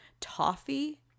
toffee